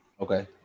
okay